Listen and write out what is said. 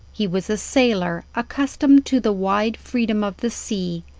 he was a sailor, accustomed to the wide freedom of the sea,